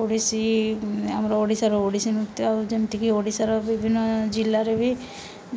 ଓଡ଼ିଶୀ ଆମର ଓଡ଼ିଶାର ଓଡ଼ିଶୀ ନୃତ୍ୟ ଆଉ ଯେମିତିକି ଓଡ଼ିଶାର ବିଭିନ୍ନ ଜିଲ୍ଲାରେ ବି